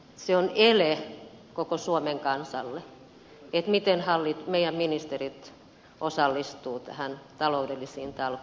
se on ele koko suomen kansalle että myös meidän ministerimme osallistuvat näihin taloudellisiin talkoisiin